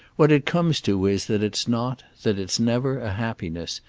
what it comes to is that it's not, that it's never, a happiness,